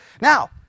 Now